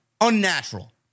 unnatural